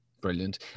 Brilliant